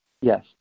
yes